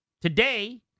Today